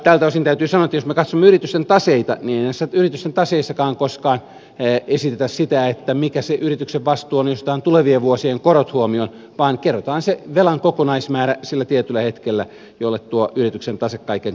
tältä osin täytyy sanoa että jos me katsomme yritysten taseita niin ei näissä yritysten taseissakaan koskaan esitetä sitä mikä se yrityksen vastuu on jos otetaan tulevien vuosien korot huomioon vaan kerrotaan se velan kokonaismäärä sillä tietyllä hetkellä jolle tuo yrityksen tase kaiken kaikkiaan on tehty